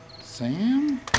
Sam